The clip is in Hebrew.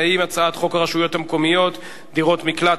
ההצעה להפוך את הצעת חוק הרשויות המקומיות (דירות מקלט),